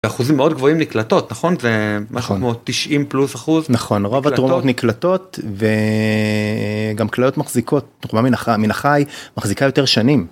אחוזים מאוד גבוהים נקלטות נכון זה 90 פלוס אחוז נכון רוב התרומות נקלטות וגם כליות מחזיקות תרומה מן החי מחזיקה יותר שנים.